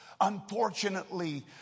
unfortunately